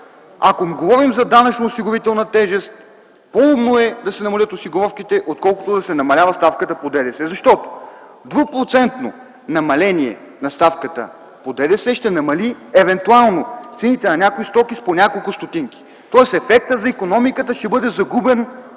Ако говорим за данъчно-осигурителна тежест, по-умно е да се намалят осигуровките, отколкото да се намалява ставката по ДДС, защото двупроцентното намаление на ставката по ДДС ще намали евентуално цените на някои стоки с по няколко стотинки. Тоест ефектът за икономиката ще бъде загубен,